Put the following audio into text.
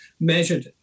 measured